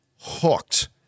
hooked